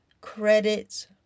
credits